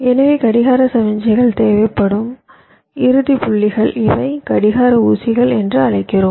எனவே கடிகார சமிக்ஞைகள் தேவைப்படும் இறுதி புள்ளிகள் இவை கடிகார ஊசிகள் என்று அழைக்கிறோம்